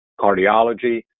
cardiology